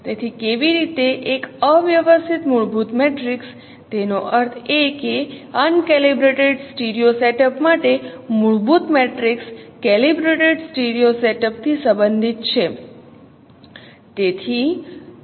તેથી કેવી રીતે એક અવ્યવસ્થિત મૂળભૂત મેટ્રિક્સ તેનો અર્થ એ કે અનકેલિબ્રેટેડ સ્ટીરિયો સેટઅપ માટે મૂળભૂત મેટ્રિક્સ કેલિબ્રેટેડ સ્ટીરિયો સેટઅપ થી સંબંધિત છે